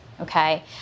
Okay